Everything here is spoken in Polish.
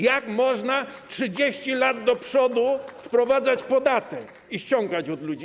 Jak można 30 lat do przodu wprowadzać podatek i ściągać go od ludzi?